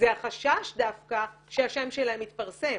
זה החשש דווקא שהשם שלהן יתפרסם.